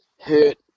hurt